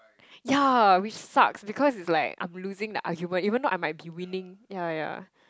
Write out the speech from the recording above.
yeah which sucks because it's like I'm losing the argument even though I might be winning yeah yeah